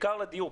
בעיקר לדיור,